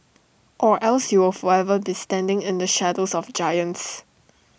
or else you will forever be standing in the shadows of giants